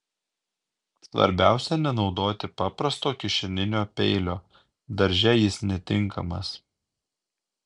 svarbiausia nenaudoti paprasto kišeninio peilio darže jis netinkamas